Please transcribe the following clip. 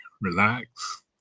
relax